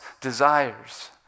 desires